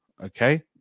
okay